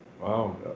Wow